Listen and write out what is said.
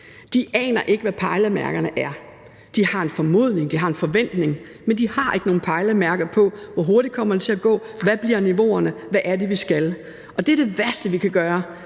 De aner ikke, hvad pejlemærkerne er. De har en formodning, de har en forventning, men de har ikke nogen pejlemærker for, hvor hurtigt det kommer til at gå, hvad niveauerne bliver, og hvad det er, vi skal. Og det er det værste, vi kan gøre: